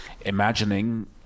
imagining